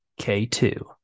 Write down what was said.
K2